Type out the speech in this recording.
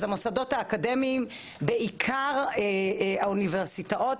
המוסדות האקדמיים ובעיקר האוניברסיטאות